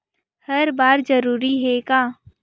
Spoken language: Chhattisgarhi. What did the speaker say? हर बार जरूरी हे का?